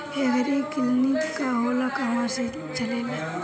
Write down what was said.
एगरी clinic का होला कहवा से चलेँला?